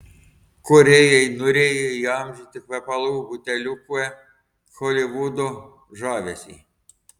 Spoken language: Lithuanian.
kūrėjai norėjo įamžinti kvepalų buteliuke holivudo žavesį